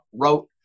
wrote